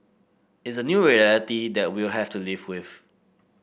it's a new reality that we'll have to live with